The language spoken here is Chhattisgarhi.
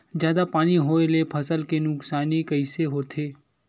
जादा पानी होए ले फसल के नुकसानी कइसे होथे?